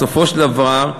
בסופו של דבר,